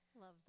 Love